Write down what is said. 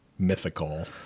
mythical